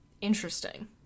Interesting